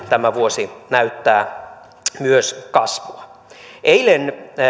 tämä vuosi näyttää myös kasvua eilen